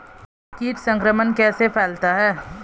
कीट संक्रमण कैसे फैलता है?